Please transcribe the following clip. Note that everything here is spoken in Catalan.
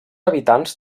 habitants